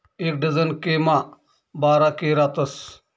एक डझन के मा बारा के रातस